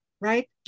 right